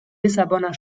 lissabonner